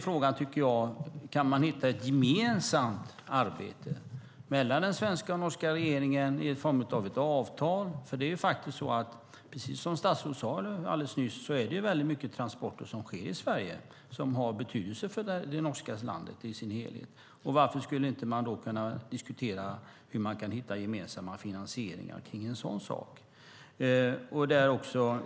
Frågan är om man kan hitta ett gemensamt arbete mellan den svenska och norska regeringen i form av ett avtal. Som statsrådet sade alldeles nyss är det mycket transporter som sker i Sverige som har betydelse för Norge. Varför inte då diskutera gemensamma finansieringar för en sådan sak?